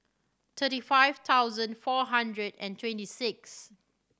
thirty five thousand four hundred and twenty six